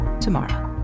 tomorrow